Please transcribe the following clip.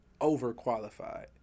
overqualified